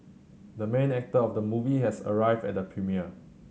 the main actor of the movie has arrived at the premiere